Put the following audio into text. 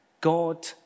God